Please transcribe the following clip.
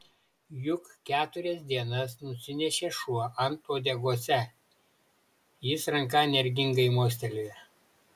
juk keturias dienas nusinešė šuo ant uodegose jis ranka energingai mostelėjo